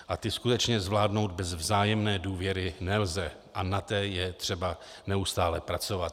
A ty skutečně zvládnout bez vzájemné důvěry nelze a na té je třeba neustále pracovat.